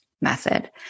method